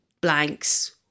blanks